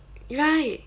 right